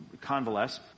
convalesce